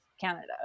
Canada